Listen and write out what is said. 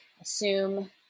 assume